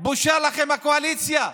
בושה לכם, הקואליציה.